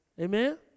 Amen